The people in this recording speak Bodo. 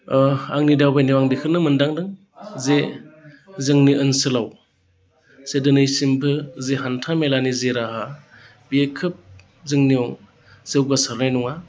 आंनि दावबायनायाव आं बेखोनो मोनदांदों जे जोंनि ओनसोलाव जे दिनैसिमबो जि हान्थामेलानि जि राहा बे खोब जोंनियाव जौगासारनाय नङा